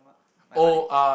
my money